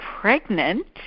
pregnant